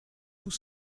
tout